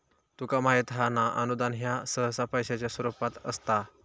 तुका माहित हां ना, अनुदान ह्या सहसा पैशाच्या स्वरूपात असता